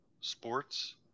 sports